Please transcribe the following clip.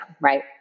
right